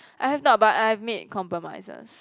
I have not but I've made compromises